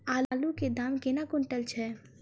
आलु केँ दाम केना कुनटल छैय?